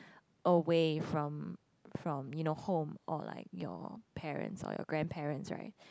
away from from you know home or like your parents or your grandparents right